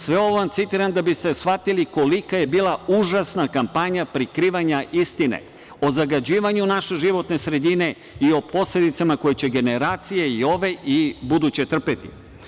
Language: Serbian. Sve ovo vam citiram da bi ste shvatili kolika je bila užasna kampanja prikrivanja istine o zagađivanju naše životne sredine i o posledicama koje će generacije i ove i buduće trpeti.